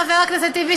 חבר הכנסת טיבי,